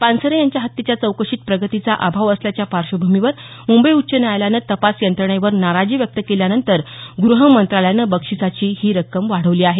पानसरे यांच्या हत्येच्या चौकशीत प्रगतीचा अभाव असल्याच्या पार्श्वभूमीवर मुंबई उच्च न्यायालयाने तपास यंत्रणेवर नाराजी व्यक्त केल्यानंतर गृह मंत्रालयान बक्षिसाची ही रक्कम वाढवली आहे